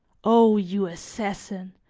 o you assassin!